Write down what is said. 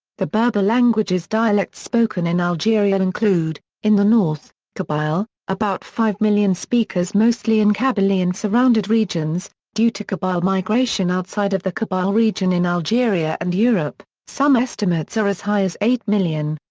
the berber languages dialects spoken in algeria include in the north kabyle, about five million speakers mostly in kabylie and surrounded regions, due to kabyle migration outside of the kabyle region in algeria and europe, some estimates are as high as eight million.